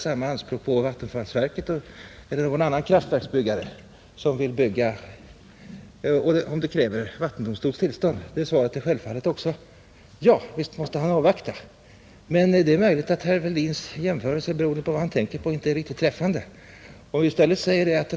Om vattenfallsverket eller någon annan vattenkraftsbyggare vill bygga en anläggning för vilken krävs vattendomstolens tillstånd måste självfallet också tillstånd avvaktas. Men det är möjligt att herr Fälldins jämförelse ändå inte är riktigt träffande — det beror nämligen på vad han tänker på.